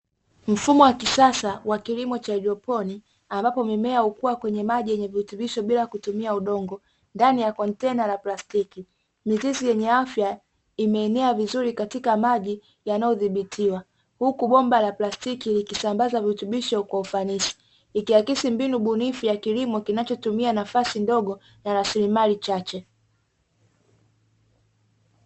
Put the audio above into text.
Mfumo wa kisasa wa kilimo cha hyroponi ambapo mimea hukuwa kwenye maji yenye virutubisho bila kutumia udongo, ndani ya kontena na plastiki, mizizi yenye afya imeenea vizuri katika maji yanayodhibitiwa huku bomba la plastiki likisambaza virutubisho kwa ufanisi ikiakisi mbinu bunifu ya kilimo kinachotumia nafasi ndogo na rasilimali chache.